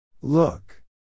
Look